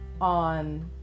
on